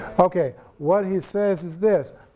okay, what he says is this.